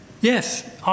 Yes